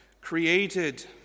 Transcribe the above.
created